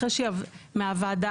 מהוועדה,